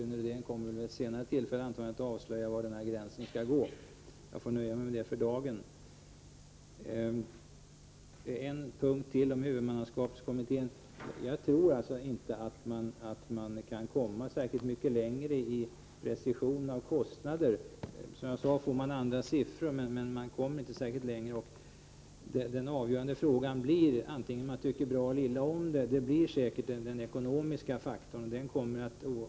Rune Rydén kommer kanske vid ett senare tillfälle att avslöja var gränsen skall gå, och jag får nöja mig med detta för dagen. Ytterligare en sak beträffande huvudmannaskapskommittén: Jag tror inte att man kan komma särskilt mycket längre i precisering av kostnader. Som jag sade får man andra siffror, men man kommer inte mycket längre. Man må tycka bra eller illa om det, men den avgörande frågan blir säkert den ekonomiska faktorn.